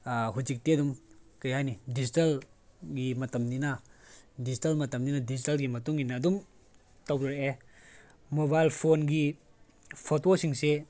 ꯍꯧꯖꯤꯛꯇꯤ ꯑꯗꯨꯝ ꯀꯔꯤ ꯍꯥꯏꯅꯤ ꯗꯤꯖꯤꯇꯦꯜꯒꯤ ꯃꯇꯝꯅꯤꯅ ꯗꯤꯖꯤꯇꯦꯜ ꯃꯇꯝꯅꯤꯅ ꯗꯤꯖꯤꯇꯦꯜꯒꯤ ꯃꯇꯨꯡꯏꯟꯅ ꯑꯗꯨꯝ ꯇꯧꯔꯛꯑꯦ ꯃꯣꯕꯥꯏꯜ ꯐꯣꯟꯒꯤ ꯐꯣꯇꯣ ꯁꯤꯡꯁꯦ